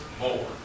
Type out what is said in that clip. more